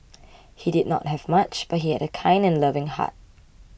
he did not have much but he had a kind and loving heart